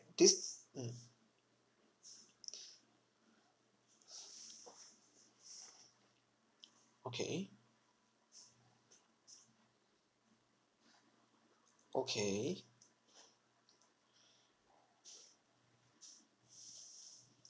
this mm okay okay